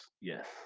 Yes